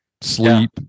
sleep